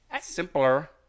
simpler